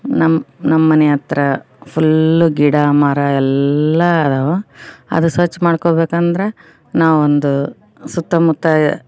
ನಮ್ಮ ನಮ್ಮನೆ ಹತ್ರ ಫುಲ್ಲು ಗಿಡ ಮರ ಎಲ್ಲ ಅದಾವು ಅದು ಸ್ವಚ್ಛ ಮಾಡ್ಕೊಳ್ಬೇಕಂದ್ರೆ ನಾವೊಂದು ಸುತ್ತಮುತ್ತ